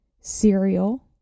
cereal